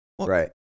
Right